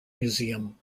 museum